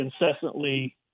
incessantly